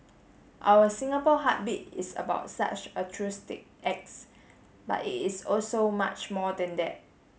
our Singapore Heartbeat is about such altruistic acts but it is also much more than that